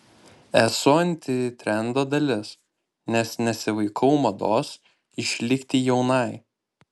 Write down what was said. esu antitrendo dalis nes nesivaikau mados išlikti jaunai